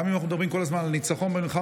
גם אם אנחנו מדברים כל הזמן על ניצחון במלחמה,